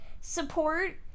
Support